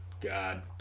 God